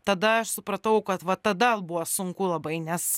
tada aš supratau kad va tada buvo sunku labai nes